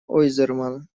ойзерман